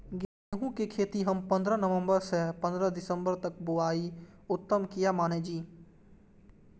गेहूं के खेती हम पंद्रह नवम्बर से पंद्रह दिसम्बर तक बुआई उत्तम किया माने जी?